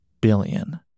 billion